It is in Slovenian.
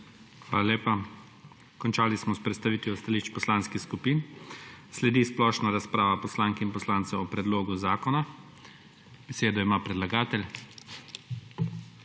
Hvala lepa. Končali smo s predstavitvijo stališč poslanskih skupin. Sledi splošna razprava poslank in poslancev o predlogu zakona. Besedo ima predlagatelj.